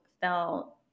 felt